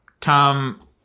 Tom